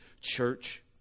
church